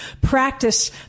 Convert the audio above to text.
practice